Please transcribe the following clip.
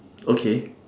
okay